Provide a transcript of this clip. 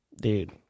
dude